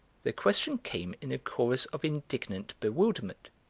the question came in a chorus of indignant bewilderment.